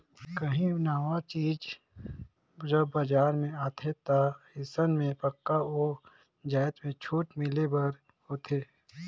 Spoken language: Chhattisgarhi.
काहीं नावा चीज जब बजार में आथे ता अइसन में पक्का ओ जाएत में छूट मिले बर होथे